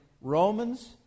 Romans